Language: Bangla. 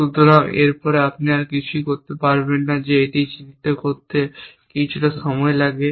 সুতরাং এর পরে আপনি আর কিছুই করতে পারবেন না যে এটি চিত্রিত করতে কিছুটা সময় লাগে